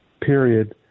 period